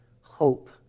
hope